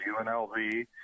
UNLV